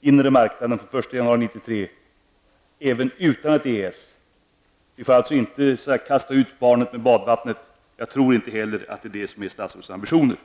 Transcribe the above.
inre marknaden från den 1 januari 1993 även utan EES. Vi får alltså inte kasta barnet ut med badvattnet -- och jag tror inte heller det är det som är statsrådets ambition.